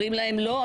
אומרים להם לא,